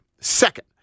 Second